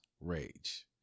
rage